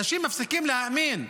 אנשים מפסיקים להאמין.